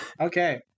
Okay